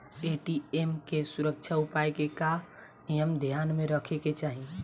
ATM के सुरक्षा उपाय के का का नियम ध्यान में रखे के चाहीं?